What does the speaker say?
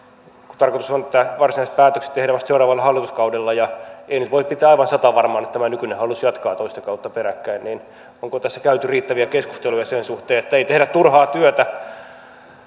kun tarkoitus on että varsinaiset päätökset tehdään vasta seuraavalla hallituskaudella ja ei nyt voi pitää aivan satavarmana että tämä nykyinen hallitus jatkaa toista kautta peräkkäin niin onko tässä käyty riittäviä keskusteluja sen suhteen että ei tehdä turhaa työtä